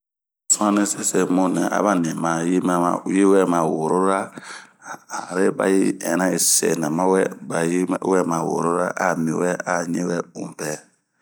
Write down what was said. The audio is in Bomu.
Suani sese mu nɛ aba nima yiwɛ maworora, are bayi ɛna senamawɛ bayi wɛ ma worora a mi wɛ aɲiwɛ unpɛɛ,